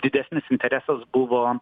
didesnis interesas buvo